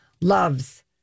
loves